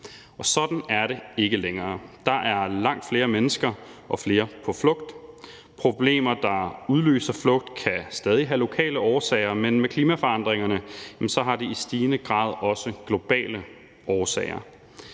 Sådan er det ikke længere. Der er langt flere mennesker og flere på flugt. Problemer, der udløser flugt, kan stadig have lokale årsager, men med klimaforandringerne har det i stigende grad også globale årsager.